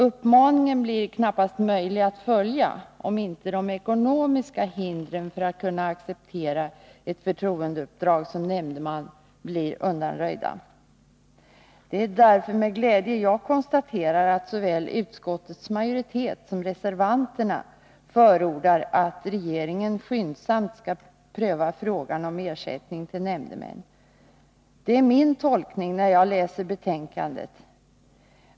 Uppmaningen blir knappast möjlig att följa, om inte de ekonomiska hindren för att kunna acceptera ett förtroendeuppdrag som nämndeman blir undanröjda. Det är därför med glädje jag konstaterar att såväl utskottets majoritet som reservanterna förordar att regeringen skyndsamt skall pröva frågan om ersättning till nämndemän. Det är min tolkning när jag läser betänkandet.